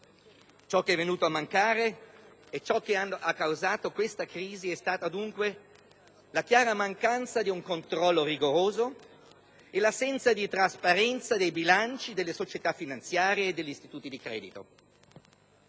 essere ridotto al minimo. Ciò che ha causato la crisi odierna è stata dunque la mancanza di un controllo rigoroso e l'assenza di trasparenza nei bilanci delle società finanziarie e degli istituti di credito.